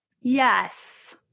Yes